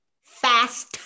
Fast